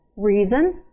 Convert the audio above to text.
reason